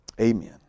Amen